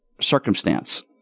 circumstance